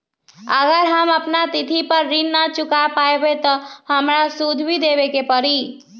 अगर हम अपना तिथि पर ऋण न चुका पायेबे त हमरा सूद भी देबे के परि?